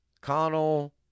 Connell